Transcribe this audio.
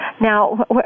Now